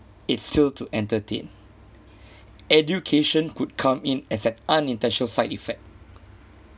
it's still to entertain education could come in as an unintentional side effect